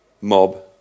mob